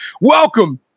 Welcome